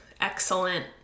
excellent